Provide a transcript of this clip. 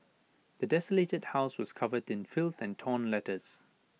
the desolated house was covered in filth and torn letters